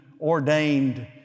ordained